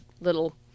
little